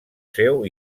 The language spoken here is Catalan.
seu